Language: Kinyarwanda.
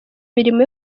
mirimo